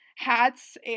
Hats